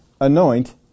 anoint